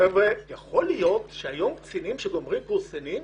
חבר'ה, יכול להיות שקצינים שמסיימים קורס קצינים